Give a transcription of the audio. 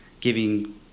giving